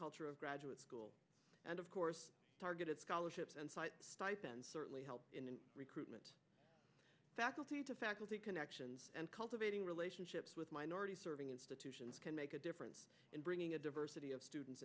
culture of graduate school and of course targeted scholarships and certainly help recruitment faculty to faculty connections and cultivating relationships with minority serving institutions can make a difference in bringing a diversity